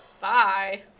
Bye